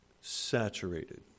saturated